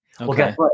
Okay